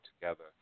together